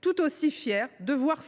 tout aussi fiers de voir